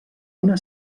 una